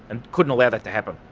and couldn't allow that to happen.